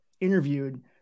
interviewed